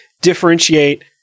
differentiate